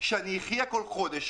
כדי שאני אחיה כל חודש,